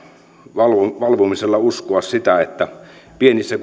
valvomisella uskoa että pienissä